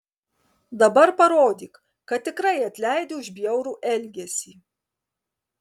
dabar parodyk kad tikrai atleidi už bjaurų elgesį